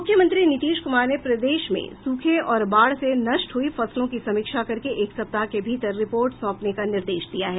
मुख्यमंत्री नीतीश कुमार ने प्रदेश में सूखे और बाढ़ से नष्ट हुई फसलों की समीक्षा करके एक सप्ताह के भीतर रिपोर्ट सौंपने का निर्देश दिया है